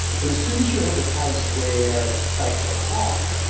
but as soon as you have a case where stakes are high,